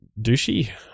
douchey